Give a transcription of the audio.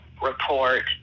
report